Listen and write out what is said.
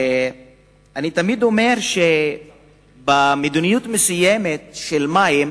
אני תמיד אומר שבמדיניות מסוימת של מים